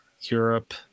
Europe